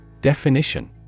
Definition